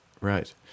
Right